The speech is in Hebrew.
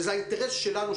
זה האינטרס שלנו,